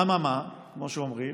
אממה, כמו שאומרים?